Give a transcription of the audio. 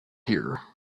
here